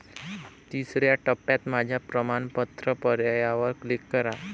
तिसर्या टप्प्यात माझ्या प्रमाणपत्र पर्यायावर क्लिक करा